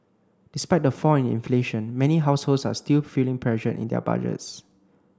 despite the fall in inflation many households are still feeling pressure in their budgets